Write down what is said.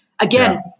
Again